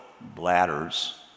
bladders